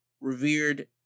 revered